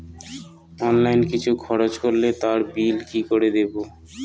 Online কিছু খরচ করলে তার বিল কি করে দেবো?